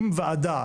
אם ועדה,